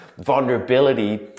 vulnerability